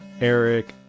Eric